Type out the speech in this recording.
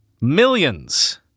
millions